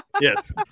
Yes